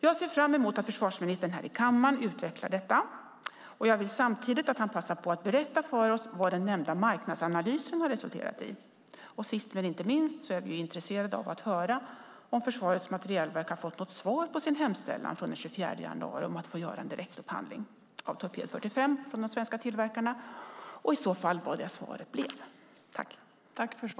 Jag ser fram emot att försvarsministern här i kammaren utvecklar detta. Jag vill samtidigt att han passar på att berätta för oss vad den nämnda marknadsanalysen har resulterat i. Och sist men inte minst är vi intresserade av att höra om Försvarets materielverk har fått något svar från de svenska tillverkarna på sin hemställan från den 24 januari om att få göra en direktupphandling av torped 45, och i så fall vad svaret blev.